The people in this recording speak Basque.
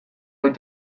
hau